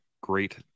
great